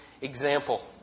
example